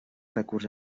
recurs